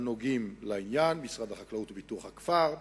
הנוגעים לעניין: משרד החקלאות ופיתוח הכפר,